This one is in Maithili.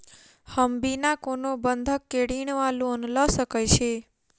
हम बिना कोनो बंधक केँ ऋण वा लोन लऽ सकै छी?